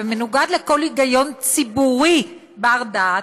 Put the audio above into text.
ומנוגד לכל היגיון ציבורי בר-דעת,